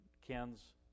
Ken's